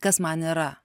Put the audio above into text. kas man yra